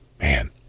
man